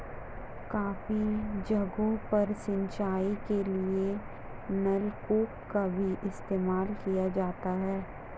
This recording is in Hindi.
काफी जगहों पर सिंचाई के लिए नलकूप का भी इस्तेमाल किया जाता है